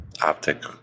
Optic